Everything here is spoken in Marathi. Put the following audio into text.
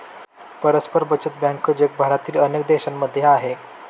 परस्पर बचत बँक जगभरातील अनेक देशांमध्ये आहे